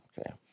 Okay